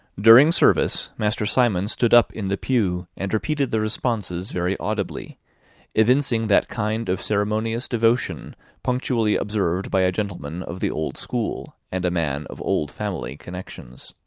during service, master simon stood up in the pew, and repeated the responses very audibly evincing that kind of ceremonious devotion punctually observed by a gentleman of the old school, and a man of old family connections.